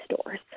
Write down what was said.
stores